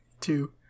two